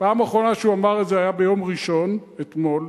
הפעם האחרונה שהוא אמר זה היתה ביום ראשון, אתמול,